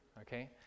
okay